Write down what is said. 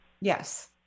yes